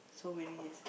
so many years